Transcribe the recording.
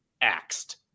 axed